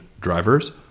drivers